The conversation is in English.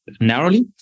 narrowly